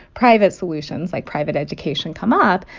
private solutions like private education come up,